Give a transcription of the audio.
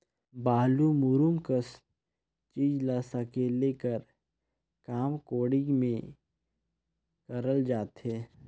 बालू, मूरूम कस चीज ल सकेले कर काम कोड़ी मे करल जाथे